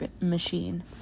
Machine